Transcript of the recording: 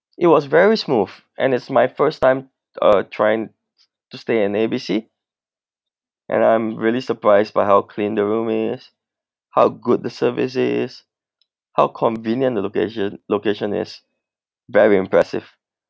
it was very smooth and it's my first time uh trying to stay in A B C and I'm really surprised by how clean the room is how good the service is how convenient the location location is very impressive